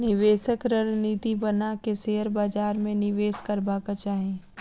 निवेशक रणनीति बना के शेयर बाजार में निवेश करबाक चाही